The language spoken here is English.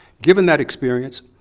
given that experience,